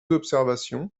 observations